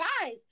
guys